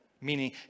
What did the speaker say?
Meaning